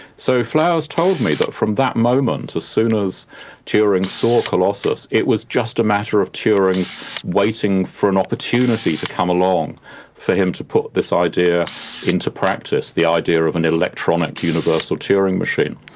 so flowers told me that from that moment, as soon as turing saw colossus, it was just a matter of turing's waiting for an opportunity to come along to him to put this idea into practice, the idea of an electronic universal turing machine.